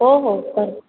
हो हो पण